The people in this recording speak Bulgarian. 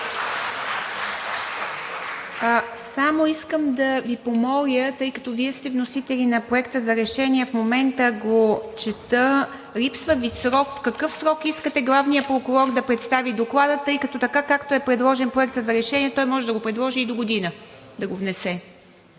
Искам само да Ви помоля, тъй като Вие сте вносители на Проекта на решение – в момента го чета – липсва Ви срок. В какъв срок искате главният прокурор да представи доклада, тъй като така, както е предложен Проектът на решение, той може да предложи и догодина да го внесе?